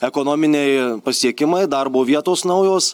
ekonominiai pasiekimai darbo vietos naujos